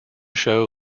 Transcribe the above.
show